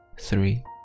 three